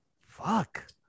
fuck